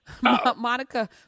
monica